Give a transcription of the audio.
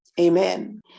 amen